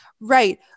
right